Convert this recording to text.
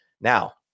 now